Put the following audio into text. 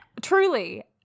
Truly